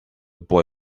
boy